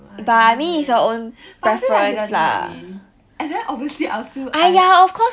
I don't know leh but I feel like he doesn't like me and then obviously I will still I'll